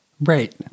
Right